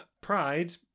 pride